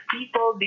People